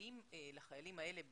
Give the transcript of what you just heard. האם לחיילים האלה במיוחד,